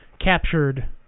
captured